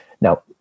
now